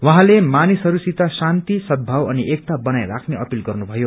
उहाँले मानिसहरूसित शान्ति सद्भव अनि एकता बनाई राख्नै अपिल गर्नु भयो